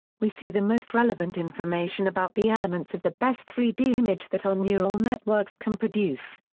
we see the most relevant information about the elements of the best three d image that our neural networks can produce.